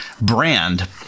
brand